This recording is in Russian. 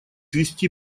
вести